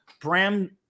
Bram